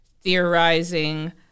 theorizing